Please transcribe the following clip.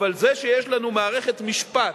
אבל זה שיש לנו מערכת משפט,